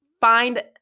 find